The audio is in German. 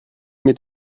mit